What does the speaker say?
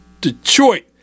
Detroit